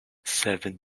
seven